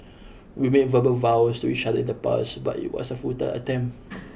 we made verbal vows to each other in the past but it was a futile attempt